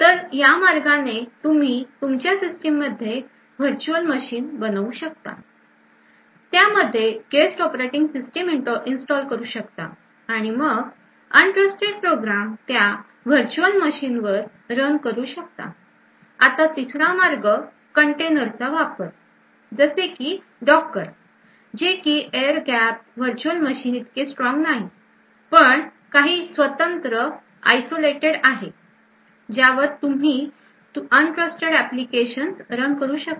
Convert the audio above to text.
तरी या मार्गाने तुम्ही तुमच्या सिस्टीम मध्ये Virtual Manchine बनवू शकता त्यामध्ये Guest Operating System इंस्टॉल करू शकता आणि मग अविश्वासू प्रोग्राम त्या वर्चुअल मशीन वर रन करू शकता आता तिसरा मार्ग कंटेनर चा वापर जसे की docker जे कि air gapped virtual machine इतके स्ट्रॉंग नाही पण काही स्वतंत्र आहे ज्यावर तुम्ही अविश्वासू एप्लिकेशन्स रन करू शकता